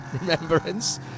remembrance